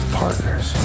partners